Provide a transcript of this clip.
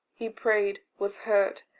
he prayed was heard.